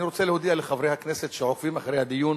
אני רוצה להודיע לחברי הכנסת שעוקבים אחרי הדיון